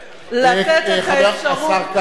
לתת את האפשרות, השר כץ,